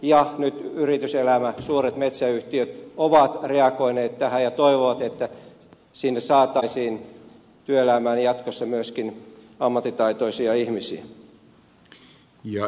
ja nyt yrityselämä suuret metsäyhtiöt ovat reagoineet tähän ja toivovat että sinne saataisiin työelämään jatkossa myöskin ammattitaitoisia ihmisiä